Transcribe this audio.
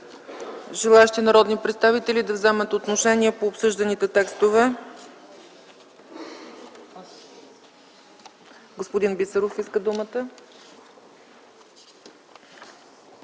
Желаещи народни представители да вземат отношение по обсъжданите текстове? Господин Бисеров иска думата.